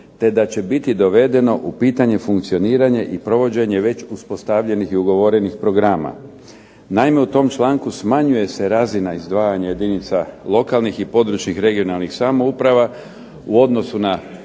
te da će biti dovedeno u pitanje funkcioniranje i provođenje već uspostavljenih i ugovorenih programa. Naime, u tom članku smanjuje se razina izdvajanja jedinica lokalnih i područnih (regionalnih) samouprava u odnosu na